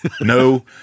No